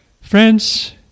Friends